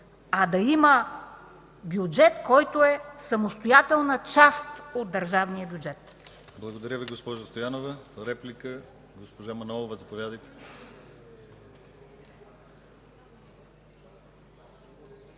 а да има бюджет, който е самостоятелна част от държавния бюджет.